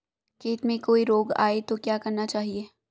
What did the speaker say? खेत में कोई रोग आये तो क्या करना चाहिए?